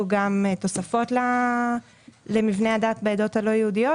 גם תוספות למבני הדת בעדות הלא יהודיות,